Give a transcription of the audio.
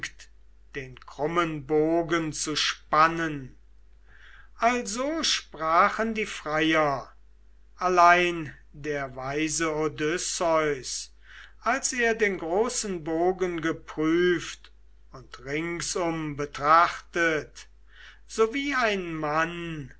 den krummen bogen zu spannen also sprachen die freier allein der weise odysseus als er den großen bogen geprüft und ringsum betrachtet so wie ein mann